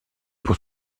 pour